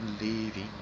leaving